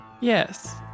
Yes